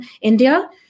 India